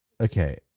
Okay